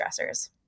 stressors